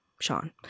Sean